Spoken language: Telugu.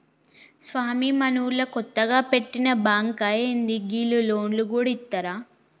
స్వామీ, మనూళ్ల కొత్తగ వెట్టిన బాంకా ఏంది, గీళ్లు లోన్లు గూడ ఇత్తరా